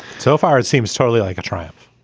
so far it seems totally like a triumph.